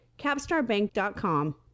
CapstarBank.com